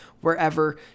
wherever